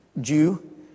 Jew